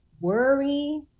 worry